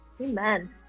Amen